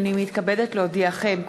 הנני מתכבדת להודיעכם,